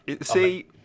See